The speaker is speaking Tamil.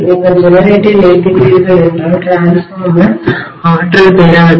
நீங்கள் ஜெனரேட்டரை நிறுத்துகிறீர்கள் என்றால் டிரான்ஸ்ஃபார்மர்மின்மாற்றி ஆற்றல் பெறாது